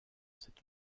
cette